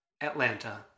Atlanta